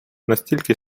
настільки